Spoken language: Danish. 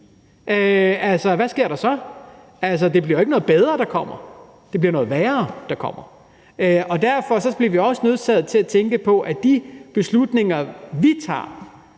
taber? Hvad sker der så? Altså, det bliver jo ikke noget bedre, der kommer. Det bliver noget værre, der kommer. Derfor bliver vi også nødsaget til at tænke på, at de beslutninger, vi tager,